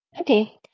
Okay